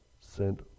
sent